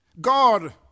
God